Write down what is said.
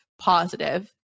positive